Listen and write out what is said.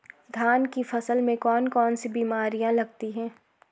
धान की फसल में कौन कौन सी बीमारियां लगती हैं?